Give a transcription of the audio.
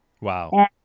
Wow